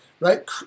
Right